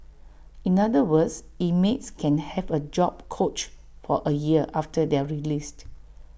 in other words inmates can have A job coach for A year after their released